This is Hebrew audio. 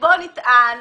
שבו נטען